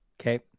Okay